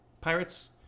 pirates